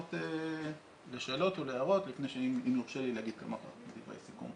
לענות לשאלות ולהערות לפני ואם יורשה לי להגיד כמה דברי סיכום